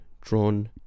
drawn